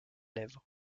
lèvres